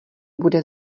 bude